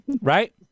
Right